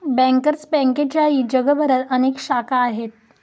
bankers बँकेच्याही जगभरात अनेक शाखा आहेत